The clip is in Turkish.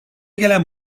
gelen